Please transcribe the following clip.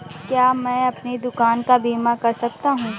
क्या मैं अपनी दुकान का बीमा कर सकता हूँ?